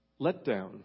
letdown